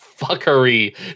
fuckery